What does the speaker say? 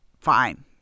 fine